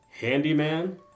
handyman